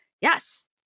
Yes